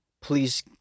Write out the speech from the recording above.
please